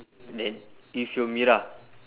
then with your mira